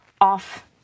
off